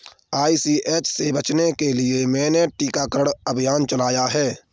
ICH से बचने के लिए मैंने टीकाकरण अभियान चलाया है